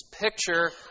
picture